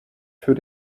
für